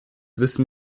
wissen